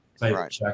Right